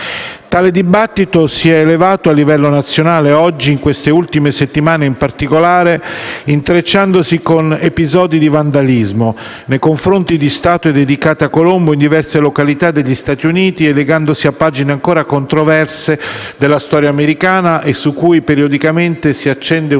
Tale dibattito si è elevato a livello nazionale, in particolare in queste ultime settimane, intrecciandosi con episodi di vandalismo nei confronti di statue dedicate a Colombo in diverse località degli Stati Uniti e legandosi a pagine ancora controverse della storia americana, su cui periodicamente si accende un